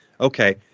Okay